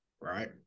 right